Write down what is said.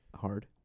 hard